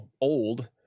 old